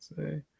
say